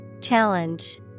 Challenge